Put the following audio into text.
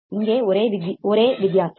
இங்கே ஒரே ஒரு வித்தியாசம்